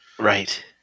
right